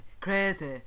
Crazy